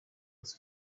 was